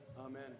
Amen